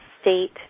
state